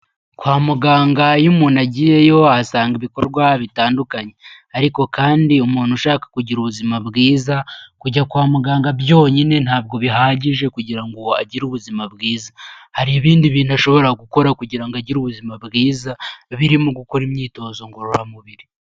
Kwa muganga iyo umuntu agiyeyo ahasanga ibikorwa bitandukanye ariko kandi umuntu ushaka kugira ubuzima bwiza, kujya kwa muganga byonyine ntabwo bihagije kugira ngo agire ubuzima bwiza, hari ibindi bintu ashobora gukora kugira ngo agire ubuzima bwiza, birimo gukora imyitozo ngororamubiri.